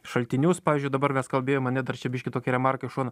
šaltinius pavyzdžiui dabar mes kalbėjom ane dar čia biškį tokia remarka į šoną